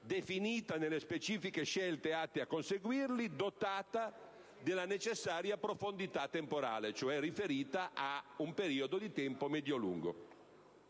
definita nelle specifiche scelte atte a conseguirli, dotata della necessaria profondità temporale, cioè riferita a un periodo di tempo medio-lungo.